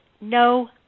no